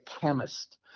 chemist